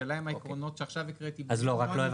השאלה אם העקרונות שעכשיו הקראתי ברורים.